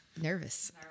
nervous